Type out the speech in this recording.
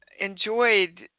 enjoyed